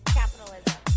capitalism